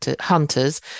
hunters